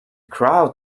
crowd